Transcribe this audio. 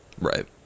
Right